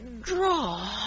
draw